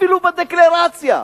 אפילו בדקלרציה.